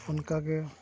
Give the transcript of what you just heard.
ᱚᱱᱠᱟᱜᱮ